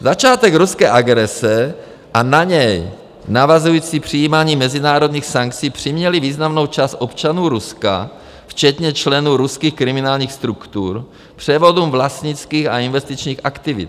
Začátek ruské agrese a na něj navazující přijímání mezinárodních sankcí přiměly významnou část občanů Ruska, včetně členů ruských kriminálních struktur, k převodům vlastnických a investičních aktivit.